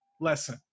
lesson